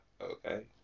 Okay